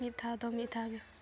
ᱢᱤᱫ ᱫᱷᱟᱣ ᱫᱚ ᱢᱤᱫ ᱫᱷᱟᱣ ᱜᱮ